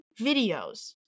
videos